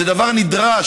זה דבר נדרש,